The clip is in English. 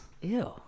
Ew